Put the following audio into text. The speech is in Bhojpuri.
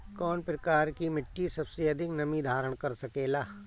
कौन प्रकार की मिट्टी सबसे अधिक नमी धारण कर सकेला?